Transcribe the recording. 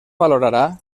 valorarà